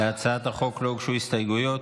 להצעת החוק לא הוגשו הסתייגויות,